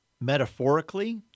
metaphorically